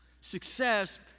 success